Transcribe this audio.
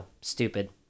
stupid